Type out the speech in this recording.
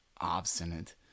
obstinate